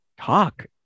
talk